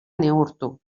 neurtu